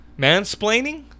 Mansplaining